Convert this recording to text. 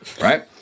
right